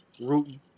rooting